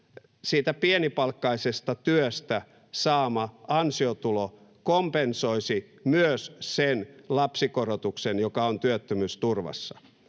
siitä pienipalkkaisesta työstä saama ansiotulo kompensoisi myös sen lapsikorotuksen, joka on työttömyysturvassa?